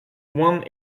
one